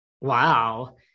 Wow